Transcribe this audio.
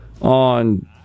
on